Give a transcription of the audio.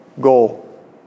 goal